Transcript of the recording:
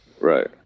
Right